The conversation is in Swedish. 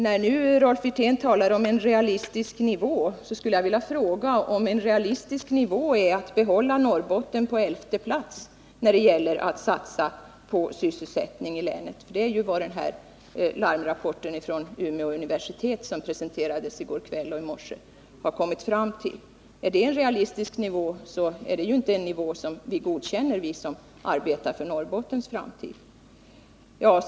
När nu Rolf Wirtén talar om en realistisk nivå skulle jag vilja fråga om en realistisk nivå är att behålla Norrbotten på elfte plats när det gäller att satsa på sysselsättning i länet, för det är vad man i den här larmrapporten från Umeå universitet, som presenterades i går kväll och i morse, har kommit fram till. Är det en realistisk nivå, så är det inte en nivå som vi som arbetar för Norrbottens framtid godkänner.